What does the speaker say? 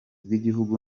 bw’igihugu